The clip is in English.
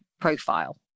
profile